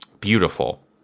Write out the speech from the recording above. Beautiful